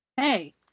Hey